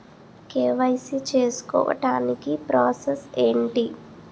KYC చేసుకోవటానికి process ఏంటి?